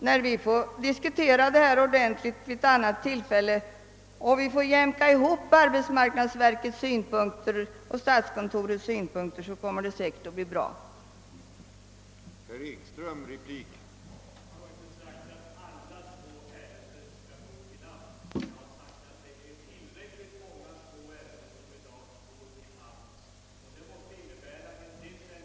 När vi får diskutera detta ordentligt vid ett annat tillfälle och får jämka ihop arbetsmarknadsverkets och statskontorets synpunkter tror jag nog, herr Ekström, att det hela kommer att bli bra.